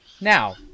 Now